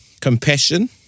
compassion